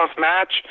match